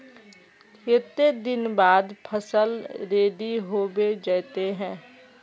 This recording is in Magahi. केते दिन बाद फसल रेडी होबे जयते है?